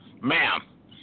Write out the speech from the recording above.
ma'am